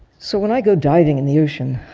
so when i go diving in the ocean,